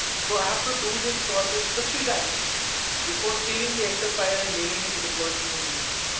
so i have to do this process fifty times before saving the excel file and mailing it to the person who needs it,